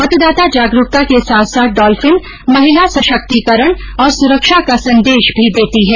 मतदाता जागरूकता के साथ साथ डॉल्फिन महिला संशक्तिकरण और सुरक्षा का संदेश भी देती है